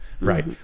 Right